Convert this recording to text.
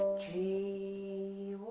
g,